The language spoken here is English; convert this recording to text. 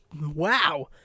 Wow